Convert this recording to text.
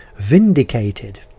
vindicated